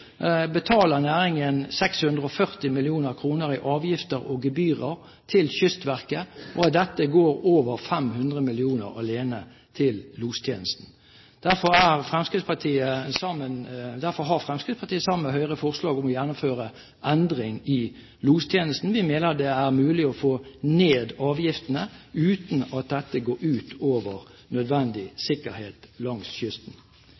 betaler næringen 640 mill. kr i avgifter og gebyrer til Kystverket, og av dette går over 500 mill. kr alene til lostjenesten. Derfor har Fremskrittspartiet sammen med Høyre forslag om å gjennomføre endringer i lostjenesten. Vi mener det er mulig å få ned avgiftene, uten at dette går ut over nødvendig sikkerhet langs kysten.